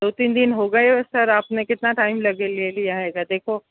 दो तीन दिन हो गए सर आपने कितना टाइम लग ले लिया है गा देखो